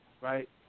right